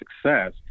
success